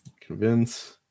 Convince